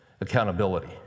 Accountability